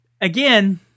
again